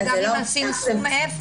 וגם אם עושים סכום 0